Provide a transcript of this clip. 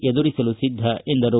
ಎದುರಿಸಲು ಸಿದ್ದ ಎಂದರು